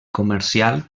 comercial